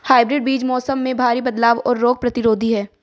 hybrid बीज मौसम में भारी बदलाव और रोग प्रतिरोधी हैं